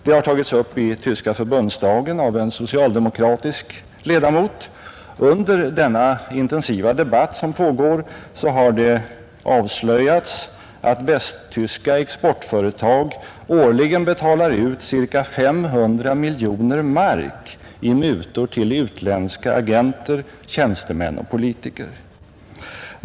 Det har tagits upp i tyska förbundsdagen av en socialdemokratisk ledamot. Under den intensiva debatt som pågår har det avslöjats att västtyska exportföretag årligen betalar ut cirka 500 miljoner mark i mutor till utländska agenter, tjänstemän och politiker.